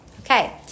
okay